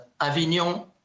Avignon